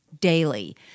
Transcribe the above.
daily